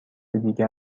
دیگر